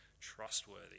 trustworthy